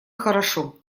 хорошо